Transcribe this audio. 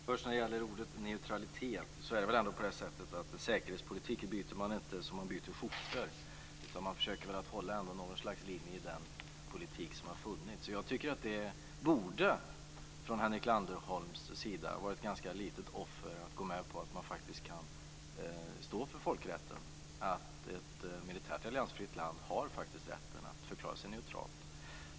Fru talman! Först vill jag säga något om ordet neutralitet. Det är väl ändå på det sättet att man inte byter säkerhetspolitik som man byter skjorta, utan man försöker väl ändå att hålla något slags linje i den politik som har funnits? Jag tycker att det borde ha varit ett ganska litet offer från Henrik Landerholms sida att gå med på att man faktiskt kan stå för folkrätten, att ett militärt alliansfritt land faktiskt har rätten att förklara sig neutralt.